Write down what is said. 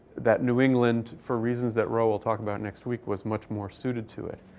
that new england, for reasons that roe will talk about next week, was much more suited to it.